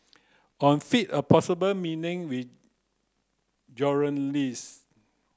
on feign a possible with